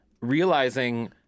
realizing